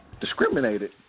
discriminated